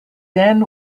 then